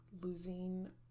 losing